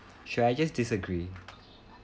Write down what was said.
should I just disagree